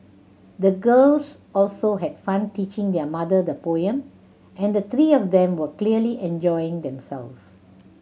the girls also had fun teaching their mother the poem and the three of them were clearly enjoying themselves